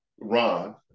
Ron